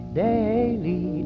daily